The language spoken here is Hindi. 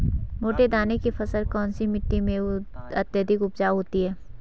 मोटे दाने की फसल कौन सी मिट्टी में अत्यधिक उपजाऊ होती है?